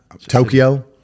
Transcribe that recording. Tokyo